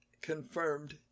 confirmed